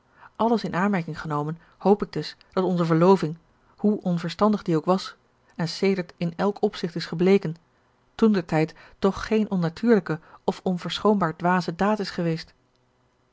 alles in aanmerking genomen hoop ik dus dat onze verloving hoe onverstandig die ook was en sedert in elk opzicht is gebleken toentertijd toch geen onnatuurlijke of onverschoonbaar dwaze daad is geweest